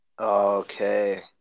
Okay